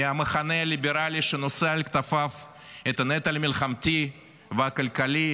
מהמחנה הליברלי שנושא על כתפיו את הנטל המלחמתי והכלכלי,